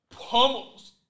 pummels